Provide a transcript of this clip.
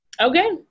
Okay